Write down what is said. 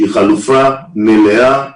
שהיא חלופה מלאה לחלוטין.